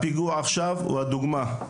הפיגוע עכשיו הוא הדוגמה.